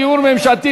דיור ממשלתי,